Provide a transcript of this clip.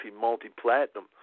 multi-platinum